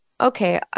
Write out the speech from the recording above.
Okay